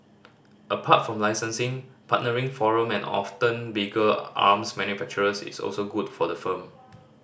apart from licensing partnering foreign and often bigger arms manufacturers is also good for the firm